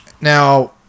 Now